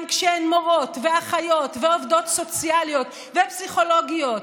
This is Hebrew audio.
גם כשהן מורות ואחיות ועובדות סוציאליות ופסיכולוגיות,